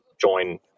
join